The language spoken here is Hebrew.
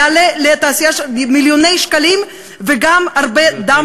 הוא יעלה לתעשייה מיליוני שקלים וגם הרבה דם